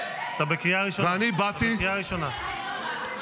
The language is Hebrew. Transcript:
קריאה ראשונה.